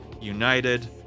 united